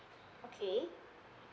okay